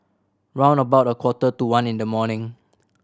round about a quarter to one in the morning